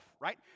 right